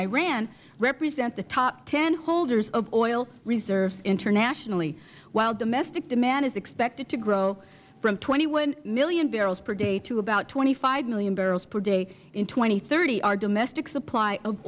iran represent the top ten holders of oil reserves internationally while domestic demand is expected to grow from twenty one million barrels per day to about twenty five million barrels per day in two thousand and thirty our domestic supply of